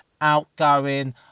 outgoing